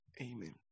Amen